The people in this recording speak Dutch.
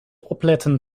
opletten